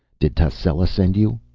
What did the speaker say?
did tascela send you?